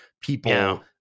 people